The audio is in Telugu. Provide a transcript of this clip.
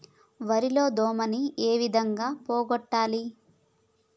వరి లో దోమలని ఏ విధంగా పోగొట్టాలి?